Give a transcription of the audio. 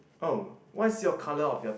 oh what's your colour of your